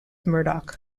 murdoch